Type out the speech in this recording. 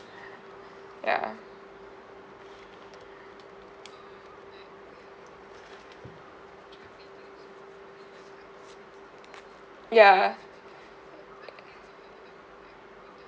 ya ya